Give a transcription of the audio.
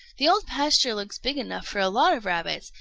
the old pasture looks big enough for a lot of rabbits,